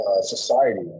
society